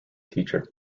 teacher